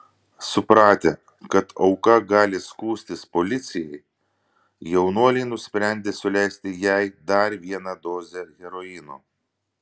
supratę kad auka gali skųstis policijai jaunuoliai nusprendė suleisti jai dar vieną dozę heroino